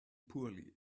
poorly